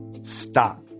Stop